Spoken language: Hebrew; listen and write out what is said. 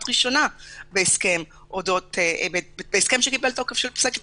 ראשונה בהסכם שקיבל תוקף של פסק דין.